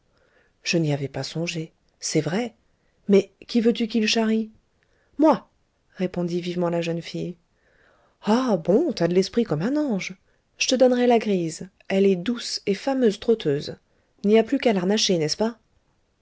je n'y avais pas songé c'est vrai mais qui veux-tu qui l'charrie moi répondit vivement la jeune fille ah bon t'as de l'esprit comme un ange j'te donnerai la grise elle est douce et fameuse trotteuse n'y a plus qu'à l'harnacher n'est-ce pas